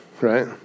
right